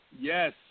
Yes